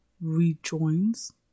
rejoins